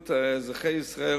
בריאות אזרחי ישראל,